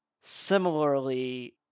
similarly